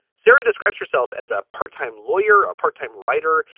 sarah describes herself as a part time lawyer, a part time writer,